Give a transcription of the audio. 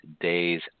days